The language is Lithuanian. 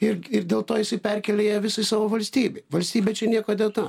ir ir dėl to jisai perkėlia ją visą į savo valstybę valstybė čia niekuo dėta